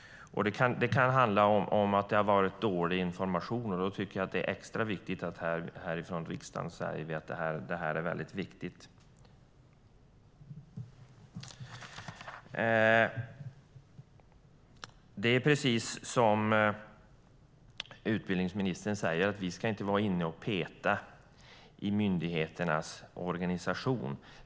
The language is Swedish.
Det kan handla om att det har varit dålig information. Då tycker jag att det är extra viktigt att vi härifrån riksdagen säger att detta är väldigt viktigt. Precis som utbildningsministern säger ska vi inte vara inne och peta i myndigheternas organisation.